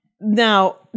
now